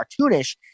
cartoonish